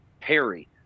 Perry